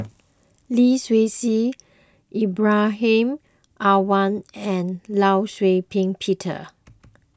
Lee Seow Ser Ibrahim Awang and Law Shau Ping Peter